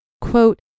Quote